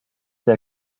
der